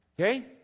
Okay